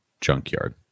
junkyard